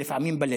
ולפעמים בלב.